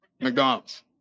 McDonald's